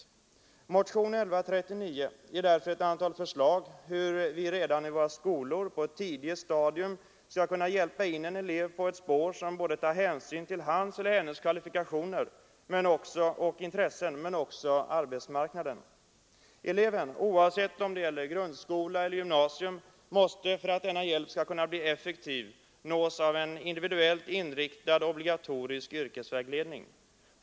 I motionen 1139 har jag därför framlagt ett antal förslag om hur vi redan i skolan på ett tidigt stadium skall kunna hjälpa in en elev på ett spår som tar hänsyn både till hans eller hennes kvalifikationer och intressen och till arbetsmarknaden. För att denna hjälp skall kunna bli effektiv måste eleven, oavsett om det gäller grundskola eller gymnasium, nås av en individuellt inriktad obligatorisk yrkesvägledning.